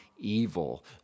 evil